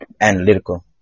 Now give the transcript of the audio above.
analytical